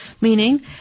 Meaning